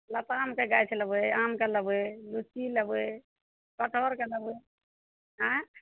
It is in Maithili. लतामके गाछ लेबै आमके लेबै लुच्ची लेबै कटहरके लेबै आँय